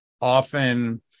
often